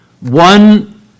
One